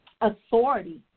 authority